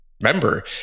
member